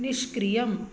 निष्क्रियम्